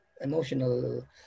emotional